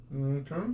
Okay